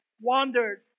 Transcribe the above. wandered